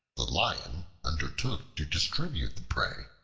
the lion undertook to distribute the prey,